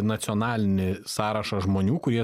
nacionalinį sąrašą žmonių kurie